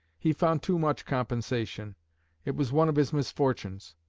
he found too much compensation it was one of his misfortunes.